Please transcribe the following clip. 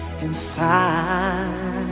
inside